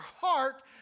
heart